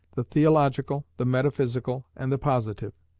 the theological, the metaphysical, and the positive.